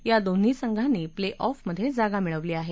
या दोन्ही संघांनीच प्ले ऑफमधे जागा मिळवली आहे